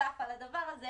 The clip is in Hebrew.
נוסף על הדבר הזה,